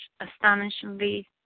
astonishingly